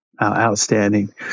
Outstanding